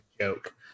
joke